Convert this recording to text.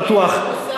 דבר אחד בטוח,